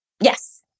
Yes